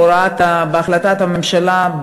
עקב החלטת הממשלה,